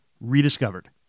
rediscovered